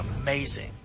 amazing